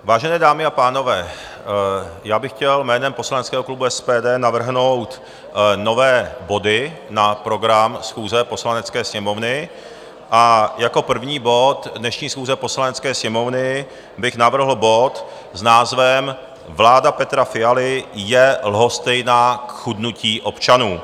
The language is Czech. Vážené dámy a pánové, já bych chtěl jménem poslaneckého klubu SPD navrhnout nové body na program schůze Poslanecké sněmovny a jako první bod dnešní schůze Poslanecké sněmovny bych navrhl bod s názvem Vláda Petra Fialy je lhostejná k chudnutí občanů.